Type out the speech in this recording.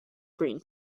green